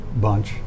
bunch